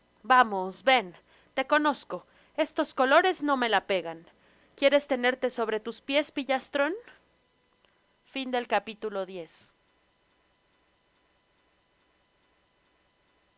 vamos ven te conozco estos colores no me la pegan quieres tenerte sobre tus piés pillastrón